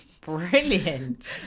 brilliant